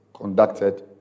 conducted